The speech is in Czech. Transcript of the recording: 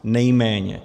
Nejméně.